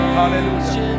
hallelujah